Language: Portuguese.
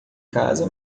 casa